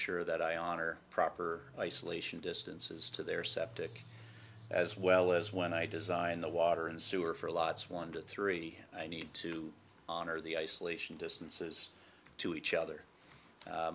sure that i honor proper isolation distances to their septic as well as when i design the water and sewer for lots one to three i need to honor the isolation distances to each other